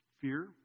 fear